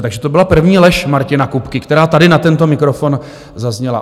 Takže to byla první lež Martina Kupky, která tady na tento mikrofon zazněla.